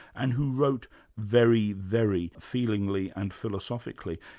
and who wrote very, very feelingly and philosophically.